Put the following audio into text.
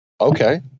Okay